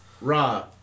Raw